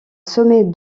sommet